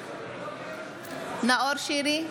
נגד נאור שירי,